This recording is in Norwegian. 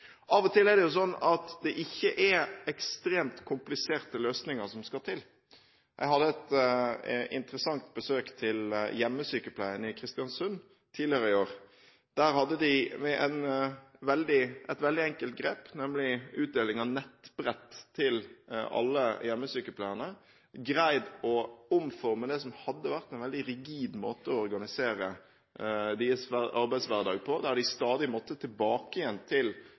Av og til er det ikke ekstremt kompliserte løsninger som skal til. Jeg hadde et interessant besøk hos hjemmesykepleien i Kristiansund tidligere i år. Der hadde de ved et veldig enkelt grep, nemlig utdeling av nettbrett til alle hjemmesykepleierne, greid å omforme det som hadde vært en veldig rigid måte å organisere deres arbeidshverdag på, der de stadig måtte tilbake til